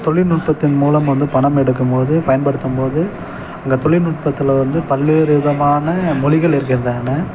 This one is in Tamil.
தொழில் நுட்பத்தின் மூலம் வந்து பணம் எடுக்கும் போது பயன்படுத்தும் போது அங்கே தொழில் நுட்பத்தில் வந்து பல்வேறு விதமான மொழிகள் இருக்கின்றன